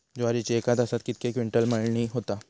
ज्वारीची एका तासात कितके क्विंटल मळणी होता?